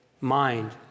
mind